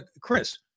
Chris